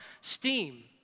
steam